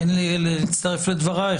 אין לי אלא להצטרף לדברייך,